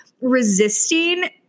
resisting